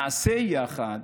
נעשה יחד